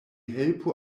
helpu